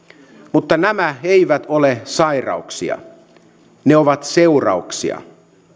mutta nämä eivät ole sairauksia ne ovat seurauksia